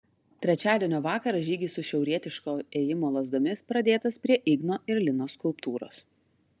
trečiadienio vakarą žygis su šiaurietiško ėjimo lazdomis pradėtas prie igno ir linos skulptūros